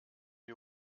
die